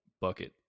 bucket